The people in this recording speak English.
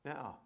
Now